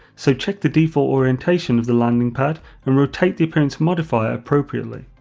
so check the default orientation of the landing pad and rotate the appearance modifier appropriately.